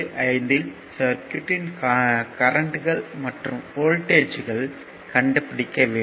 5 இல் சர்க்யூட்யின் கரண்ட்கள் மற்றும் வோல்ட்டேஜ்கள் கண்டுப்பிடிக்க வேண்டும்